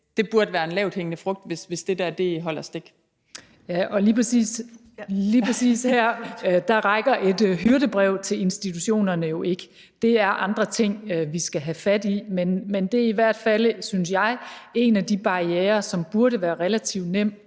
(Karen Ellemann): Værsgo. Kl. 17:14 Ulla Tørnæs (V): Lige præcis her rækker et hyrdebrev til institutionerne jo ikke. Det er andre ting, vi skal have fat i. Men det er i hvert fald, synes jeg, en af de barrierer, som burde være relativt nem